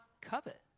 covet